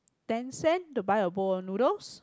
ten cent to buy a bowl of noodles